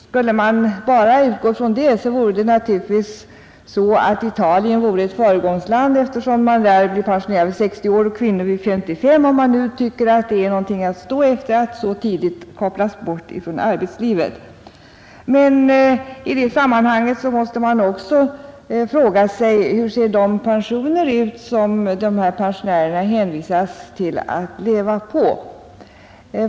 Skulle man bara utgå från det, vore Italien naturligtvis ett föregångsland, eftersom en man där blir pensionerad vid 60 år och en kvinna vid 55 — om man nu tycker att det är något att stå efter att så tidigt kopplas bort från arbetslivet. Men i det Nr 44 sammanhanget måste man också fråga sig: Hur ser de pensioner ut som dessa pensionärer hänvisas till att leva på?